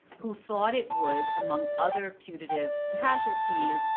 who thought it would, among other putative casualties,